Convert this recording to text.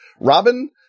Robin